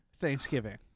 Thanksgiving